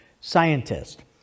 scientist